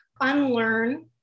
unlearn